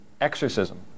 exorcism